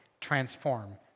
transform